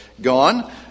gone